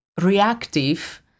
reactive